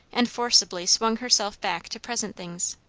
and forcibly swung herself back to present things.